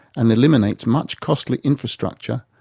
and eliminates much costly infrastructure,